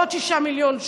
בעוד 6 מיליון שקל,